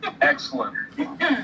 Excellent